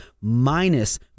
minus